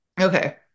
okay